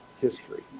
history